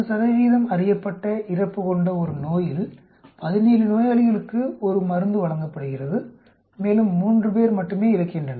40 அறியப்பட்ட இறப்பு கொண்ட ஒரு நோயில் 17 நோயாளிகளுக்கு ஒரு மருந்து வழங்கப்படுகிறது மேலும் 3 பேர் மட்டுமே இறக்கின்றனர்